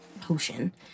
potion